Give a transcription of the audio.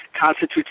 constitutes